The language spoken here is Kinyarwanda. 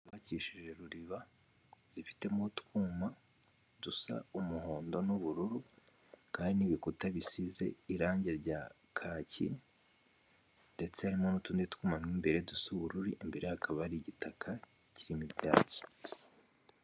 Ushakishije ruriba zifitemo utwuma dusa umuhondo n'ubururu kandi n'ibikuta bisize irange rya kaki, ndetse harimo n'utundi twuma mo imbere dusa ubururu, imbere hakaba hari igitaka kirimo ibyatsi.